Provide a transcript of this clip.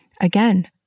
Again